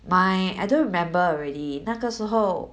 my I don't remember already 那个时候